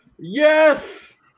Yes